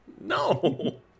No